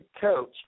coach